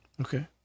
Okay